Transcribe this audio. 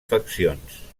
faccions